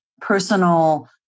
personal